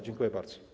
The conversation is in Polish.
Dziękuję bardzo.